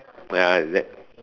ya relax